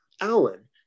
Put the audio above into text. Alan